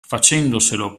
facendoselo